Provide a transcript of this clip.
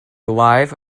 live